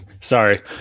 sorry